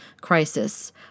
crisis